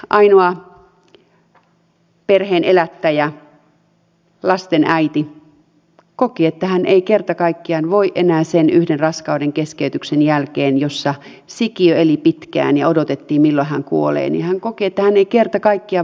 esimerkiksi ainoa perheen elättäjä lasten äiti koki että hän ei kerta kaikkiaan voi enää osallistua sellaiseen sen yhden raskaudenkeskeytyksen jälkeen jossa sikiö eli pitkään ja odotettiin milloin hän kuolee hanko ketään ei kerta kaikkiaan